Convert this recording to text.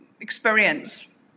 experience